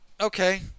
okay